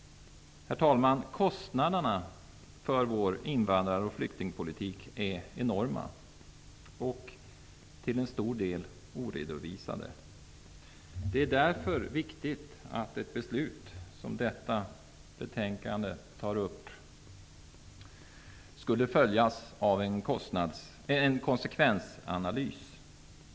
Herr talman! Kostnaderna för vår invandrar och flyktingpolitik är enorma, och till stor del oredovisade. Det är därför viktigt att ett beslut i frågor som tas upp i detta betänkande följs av en konsekvensanalys.